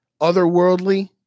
otherworldly